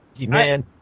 man